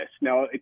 Now